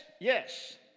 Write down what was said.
yes